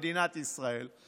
מדינת ישראל,